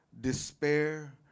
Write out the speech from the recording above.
despair